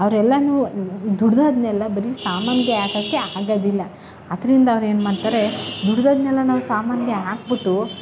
ಅವ್ರೆಲ್ಲರೂ ದುಡಿದದ್ನೆಲ್ಲ ಬರೀ ಸಾಮಾನಿಗೆ ಹಾಕೋಕ್ಕೆ ಆಗೋದಿಲ್ಲ ಅದರಿಂದ ಅವ್ರೇನು ಮಾಡ್ತಾರೆ ದುಡಿದದ್ನೆಲ್ಲ ನಾವು ಸಾಮಾನಿಗೆ ಹಾಕಿಬಿಟ್ಟು